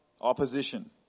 Opposition